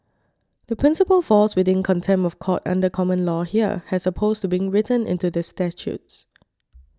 the principle falls within contempt of court under common law here as opposed to being written into the statutes